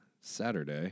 Saturday